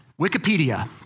Wikipedia